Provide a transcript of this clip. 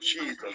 Jesus